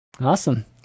awesome